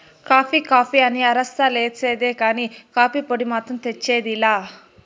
coffee coffee అని అరస్తా లేసేదే కానీ, కాఫీ పొడి మాత్రం తెచ్చేది లా